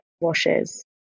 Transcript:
washes